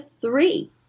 three